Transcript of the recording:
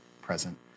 present